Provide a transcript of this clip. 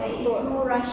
betul